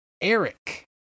Eric